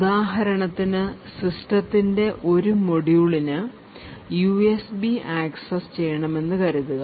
ഉദാഹരണത്തിന് സിസ്റ്റത്തിൻറെ ഒരു moduleന് USB ആക്സസ് ചെയ്യണമെന്ന്കരുതുക